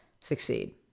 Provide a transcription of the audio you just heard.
succeed